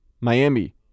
miami